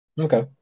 Okay